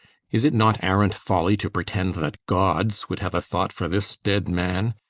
is it not arrant folly to pretend that gods would have a thought for this dead man?